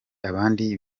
abandi